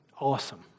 awesome